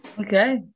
Okay